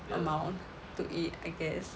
amount to eat I guess